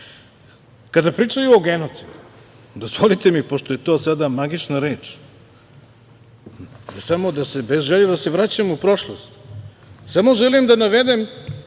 200.Kada pričaju o genocidu, dozvolite mi, pošto je to sada magična reč, bez želje da se vraćam u prošlost, samo želim da navedem,